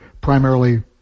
primarily